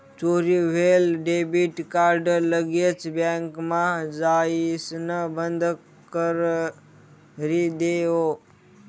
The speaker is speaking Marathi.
चोरी व्हयेल डेबिट कार्ड लगेच बँकमा जाइसण बंदकरी देवो